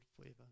forever